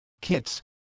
kits